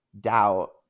doubt